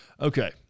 Okay